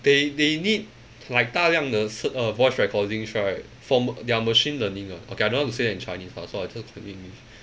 they they need like 大量的是 uh voice recordings right from their machine learning ah okay I don't want to say it in chinese ah so I just continue with